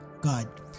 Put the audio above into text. god